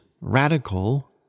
radical